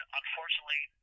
unfortunately